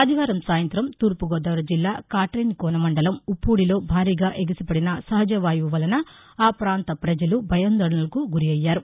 ఆదివారం సాయంత్రం తూర్పు గోదావరి జిల్లా కాట్రేనికోన మండలం ఉప్పాడిలో భారీగా ఎగిసిపడిన సహజ వాయువు వలస ఆ ప్రాంత పజలు భయాందోళనలకు గురయ్యారు